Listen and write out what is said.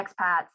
expats